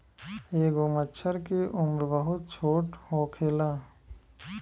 एगो मछर के उम्र बहुत छोट होखेला